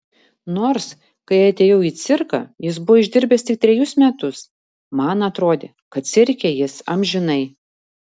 nors kai atėjau į cirką jis buvo išdirbęs tik trejus metus man atrodė kad cirke jis amžinai